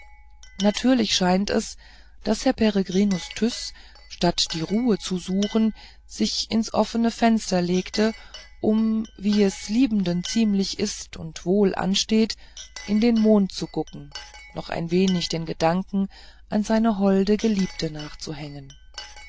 natürlich scheint es daß herr peregrinus tyß statt die ruhe zu suchen sich ins offene fenster legte um wie es liebenden ziemlich ist und wohl ansteht in den mond guckend noch ein wenig den gedanken an seine holde geliebte nachzuhängen